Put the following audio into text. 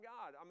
God